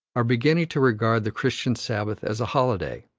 are beginning to regard the christian sabbath as a holiday,